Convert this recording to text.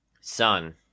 Son